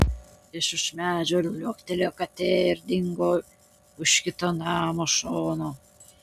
iš už medžio liuoktelėjo katė ir dingo už kito namo šono